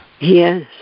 Yes